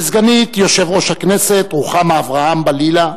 וסגנית יושב-ראש הכנסת רוחמה אברהם-בלילא,